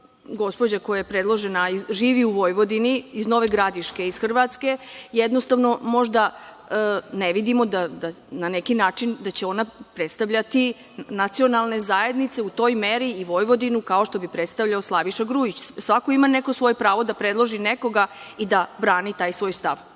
gospođa koja je predložena živi u Vojvodini iz Nove Gradiške iz Hrvatske, jednostavno možda ne vidimo na neki način da će ona predstavljati nacionalne zajednice u toj meri i Vojvodinu kao što bi predstavljao Slaviša Grujić. Svako ima neko svoje pravo da predloži nekoga i da brani taj svoj stav.